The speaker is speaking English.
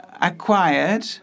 acquired